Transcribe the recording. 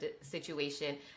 situation